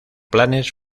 planes